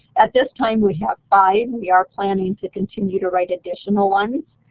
at this time we have five we are planning to continue to write additional ones,